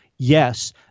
Yes